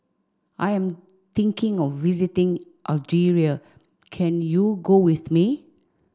I am thinking of visiting Algeria can you go with me